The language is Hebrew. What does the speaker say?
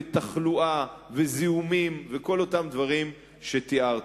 ויש תחלואה וזיהומים וכל אותם דברים שתיארתי.